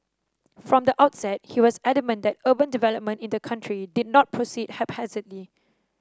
from the outset he was adamant that urban development in the country did not proceed haphazardly